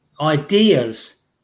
ideas